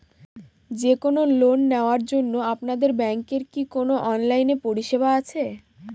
যে কোন লোন নেওয়ার জন্য আপনাদের ব্যাঙ্কের কি কোন অনলাইনে পরিষেবা আছে?